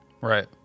Right